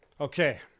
Okay